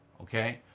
Okay